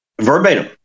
verbatim